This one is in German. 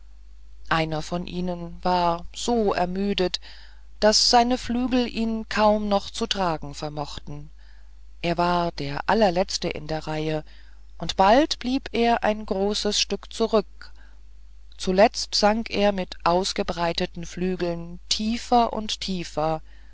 einer von ihnen war so ermüdet daß seine flügel ihn kaum noch zu tragen vermochten er war der allerletzte in der reihe und bald blieb er ein großes stück zurück zuletzt sank er mit ausgebreiteten flügeln tiefer und tiefer